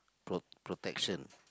pro~ protection